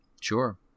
sure